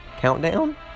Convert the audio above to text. countdown